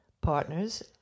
Partners